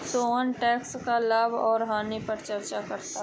Sohan tax का लाभ और हानि पर चर्चा करता है